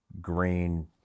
green